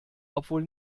obwohl